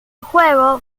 juego